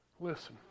Listen